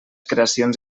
creacions